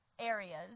areas